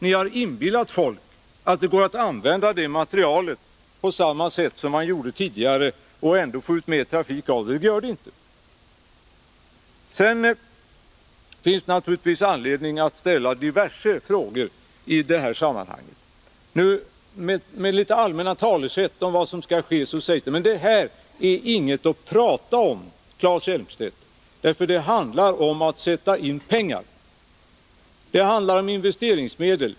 Ni har inbillat folk att det går att använda denna materiel på samma sätt som man gjorde tidigare och ändå få ut mer trafik av den, men det gör det inte. Det finns anledning att ställa diverse andra frågor i det här sammanhanget. Tlitet allmänna ordalag talas här om vad som skall ske. Men det här är inget som man bara skall prata om, Claes Elmstedt, för det handlar om att sätta in pengar. Det handlar om investeringsmedel.